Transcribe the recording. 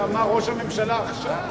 שאמר ראש הממשלה עכשיו,